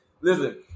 Listen